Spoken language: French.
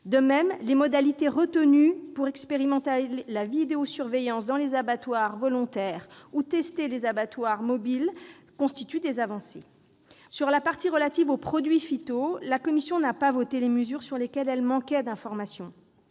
De même, les modalités retenues pour expérimenter la vidéosurveillance dans les abattoirs volontaires ou tester les abattoirs mobiles constituent des avancées. Sur la partie relative aux produits phytopharmaceutiques, la commission n'a pas voté les mesures sur lesquelles elle manquait d'informations.